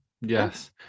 Yes